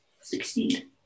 succeed